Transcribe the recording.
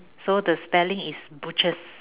so the spelling is butchers